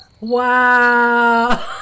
wow